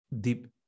deep